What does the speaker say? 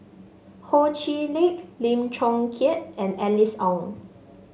Ho Chee Lick Lim Chong Keat and Alice Ong